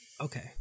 Okay